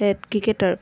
cricketer